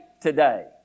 today